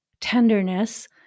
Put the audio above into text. tenderness